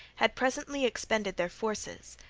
had presently expended their forces.